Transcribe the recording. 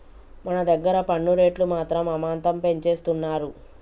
మన దగ్గర పన్ను రేట్లు మాత్రం అమాంతం పెంచేస్తున్నారు